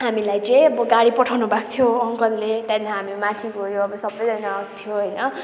हामीलाई चाहिँ अब गाडी पठाउनुभएको थियो अङ्कलले त्यहाँदेखि हामी माथि गयौँ अब सबैजना थियौँ होइन